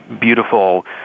beautiful